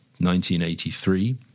1983